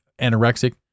anorexic